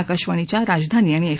आकाशवाणीच्या राजधानी आणि एफ